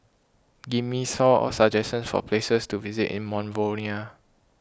give me some suggestions for places to visit in Monrovia